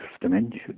dimension